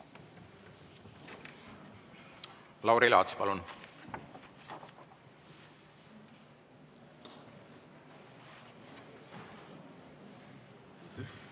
Lauri Laats, palun!